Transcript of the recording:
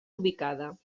ubicada